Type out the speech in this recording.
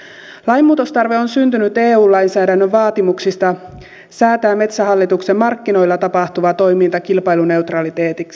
lain muutostarve on syntynyt eu lainsäädännön vaatimuksista säätää metsähallituksen markkinoilla tapahtuva toiminta kilpailuneutraaliksi